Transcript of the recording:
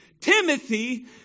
Timothy